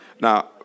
Now